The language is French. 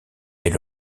est